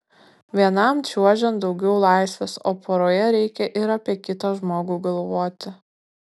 vienam čiuožiant daugiau laisvės o poroje reikia ir apie kitą žmogų galvoti